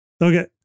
Okay